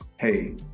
hey